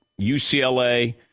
UCLA